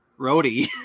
roadie